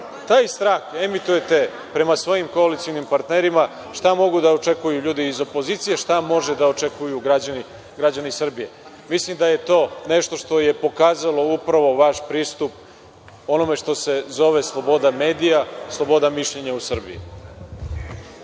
taj strah emitujete prema svojim koalicionim partnerima, šta mogu da očekuju ljudi iz opozicije, šta mogu da očekuju građani Srbije? Mislim da je to nešto što je pokazalo upravo vaš pristup onome što se zove sloboda medija, sloboda mišljenja u Srbiji.